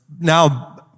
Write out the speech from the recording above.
Now